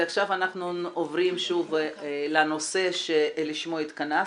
ועכשיו אנחנו עוברים שוב לנושא שלשמו התכנסנו,